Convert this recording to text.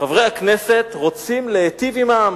חברי הכנסת רוצים להיטיב עם העם,